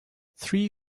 three